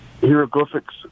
hieroglyphics